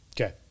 Okay